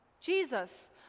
Jesus